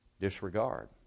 disregard